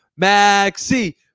Maxi